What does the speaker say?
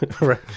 right